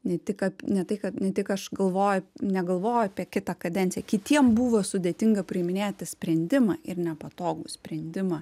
ne tik ne tai kad ne tik aš galvoju negalvoju apie kitą kadenciją kitiem buvo sudėtinga priiminėti sprendimą ir nepatogų sprendimą